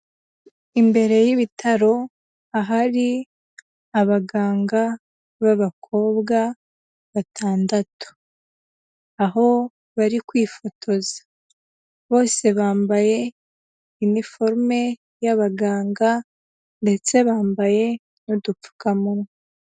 Imbere y'ibitaro, ahari abaganga b'abakobwa batandatu, aho bari kwifotoza, bose bambaye iniforume y'abaganga ndetse bambaye n'udupfukamunwa.